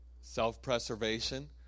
self-preservation